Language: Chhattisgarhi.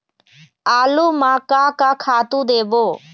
आलू म का का खातू देबो?